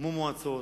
הוקמו מועצות.